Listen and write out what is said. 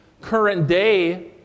current-day